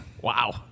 Wow